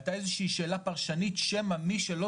עלתה איזו שהיא שאלה פרשנית שמא מי שלא